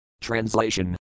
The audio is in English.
Translation